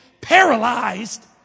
paralyzed